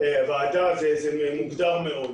זה מוגדר מאוד.